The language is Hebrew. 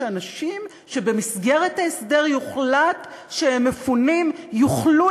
שאנשים שבמסגרת ההסדר יוחלט שהם מפונים יוכלו